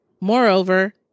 Moreover